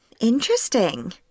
Interesting